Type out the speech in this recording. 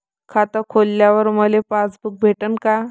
खातं खोलल्यावर मले पासबुक भेटन का?